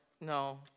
no